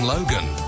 Logan